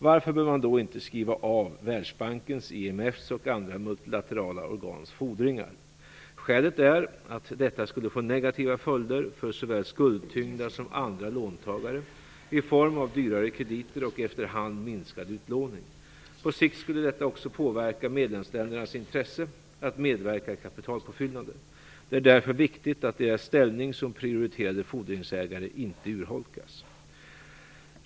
Varför bör man då inte skriva av Världsbankens, IMF:s och andra multilaterala organs fordringar? Skälet är att detta skulle få negativa följder för såväl skuldtyngda som andra låntagare i form av dyrare krediter och efter hand minskad utlåning. På sikt skulle det också påverka medlemsländernas intresse att medverka i kapitalpåfyllnader. Det är därför viktigt att deras ställning som prioriterade fordringsägare inte urholkas.